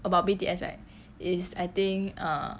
about B_T_S right is I think err